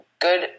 good